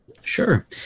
Sure